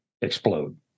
explode